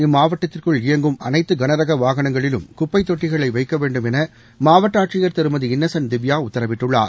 இம்மாவட்டத்திற்குள் இயங்கும் அனைத்து கனரக வாகனங்களிலும் குப்பைத் தொட்டிகளை வைக்க வேண்டும் என மாவட்ட ஆட்சியர் திருமதி இன்னசென்ட் திவ்யா உத்தரவிட்டுள்ளார்